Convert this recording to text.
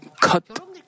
cut